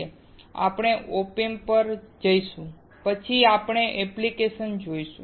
પછી આપણે op amp પર જઈશું અને પછી આપણે તેમની એપ્લીકેશન જોઈશું